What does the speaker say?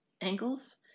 angles